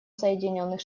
соединенных